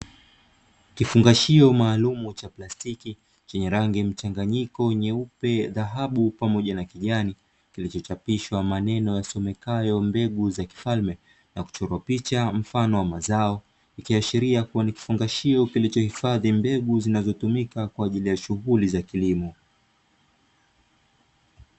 Kifungashio maalumu cha plastiki chenye rangi mchanganyiko; nyeupe, dhahabu pamoja na kijani. Kilichochapishwa maneno yasomekayo "Mbegu za kifalme", na kuchorwa picha, mfano wa mazao, ikiashiria kuwa ni kifungashio kilichohifadhi mbegu zinazotumika kwa ajili ya shughuli za kilimo.